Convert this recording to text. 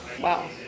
Wow